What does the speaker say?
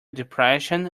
depression